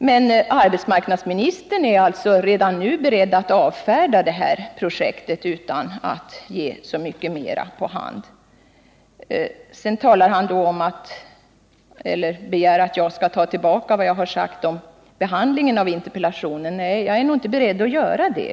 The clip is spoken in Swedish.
Men arbetsmarknadsministern är alltså beredd att redan nu avfärda projektet, utan att ge så mycket mera på hand. Sedan begär Rolf Wirtén att jag skall ta tillbaka vad jag sade när det gäller behandlingen av interpellationen. Men jag är faktiskt inte beredd att göra det.